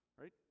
right